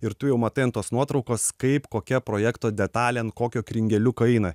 ir tu jau matai ant tos nuotraukos kaip kokia projekto detalė ant kokio kringeliuko eina